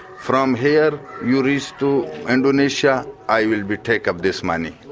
from here you reach to indonesia, i will take up this money,